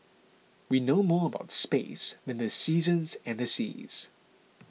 we know more about space than the seasons and the seas